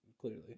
Clearly